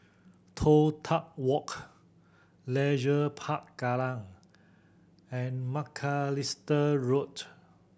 Toh Tuck Walk Leisure Park Kallang and Macalister Road